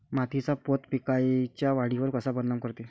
मातीचा पोत पिकाईच्या वाढीवर कसा परिनाम करते?